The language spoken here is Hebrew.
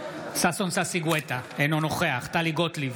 ששון גואטה, אינו נוכח טלי גוטליב,